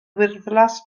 wyrddlas